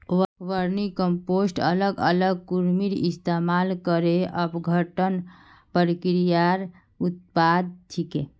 vermicompost अलग अलग कृमिर इस्तमाल करे अपघटन प्रक्रियार उत्पाद छिके